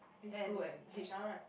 this two and H_R right